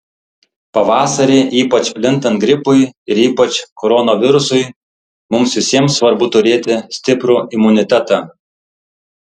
pavasarį ypač plintant gripui ir ypač koronavirusui mums visiems svarbu turėti stiprų imunitetą